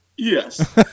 Yes